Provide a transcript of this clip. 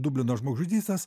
dublino žmogžudystės